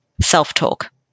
self-talk